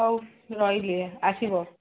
ହଉ ରହିଲି ଆସିବ